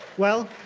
well,